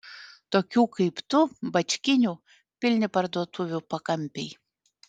tokių kaip tu bačkinių pilni parduotuvių pakampiai